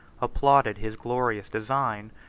applauded his glorious design,